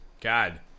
God